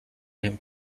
him